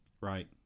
Right